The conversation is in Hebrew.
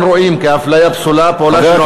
אין רואים כהפליה פסולה פעולה שנועדה,